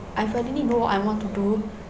I finally know what I want to do